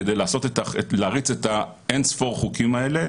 כדי להריץ את אין-ספור החוקים האלה,